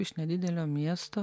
iš nedidelio miesto